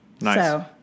Nice